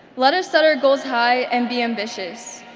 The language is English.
let us set our goals high and be ambitious,